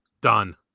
Done